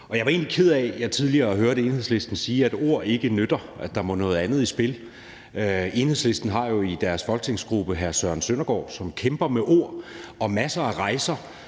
Jeg var egentlig ked af, at jeg tidligere hørte Enhedslisten sige, at ord ikke nytter, og at der må noget andet i spil. Enhedslisten har jo i deres folketingsgruppe hr. Søren Søndergaard, som kæmper med ord og masser af rejser